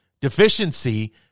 deficiency